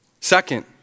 Second